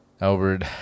Albert